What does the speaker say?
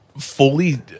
Fully